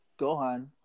Gohan